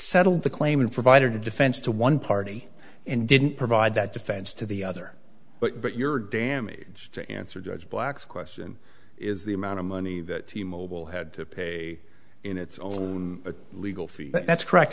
settled the claim and provided a defense to one party and didn't provide that defense to the other but but your damage to answer judge black's question is the amount of money that the mobile had to pay in its own legal fees that's correct